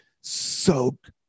soak